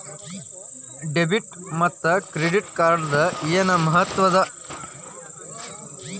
Debit ಮತ್ತ credit ಕಾರ್ಡದ್ ಏನ್ ಮಹತ್ವ ಅದ?